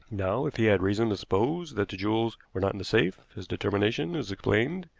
now, if he had reason to suppose that the jewels were not in the safe, his determination is explained,